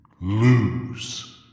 lose